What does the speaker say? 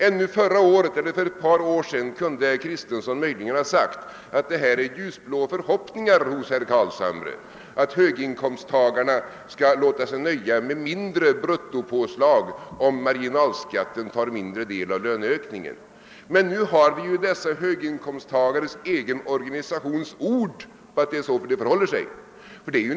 Ännu för ett par år sedan kunde herr Kristenson möjligen ha sagt att det är en ljusblå förhoppning hos mig att de höga inkomsttagarna skall låta sig nöja med mindre bruttopåslag om marginalskatten tar en mindre del av löneökningen, men nu har vi dessa höginkomsttagares egen organisations ord på hur det förhåller sig.